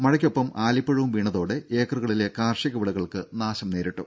മഴയ്ക്കൊപ്പം ആലിപ്പഴവും വീണതോടെ ഏക്കറുകളിലെ കാർഷിക വിളകൾക്ക് നാശം നേരിട്ടു